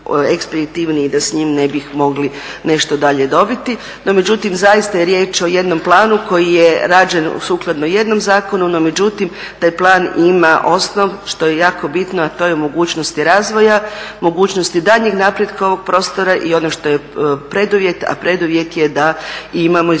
i da s njim ne bi mogli nešto dalje dobiti. No međutim zaista je riječ o jednom planu koji je rađen sukladno jednom zakonu, no međutim taj plan ima osnov što je jako bitno, a to je mogućnosti razvoja, mogućnosti daljnjeg napretka ovog prostora i ono što je preduvjet, a preduvjet je da imamo iza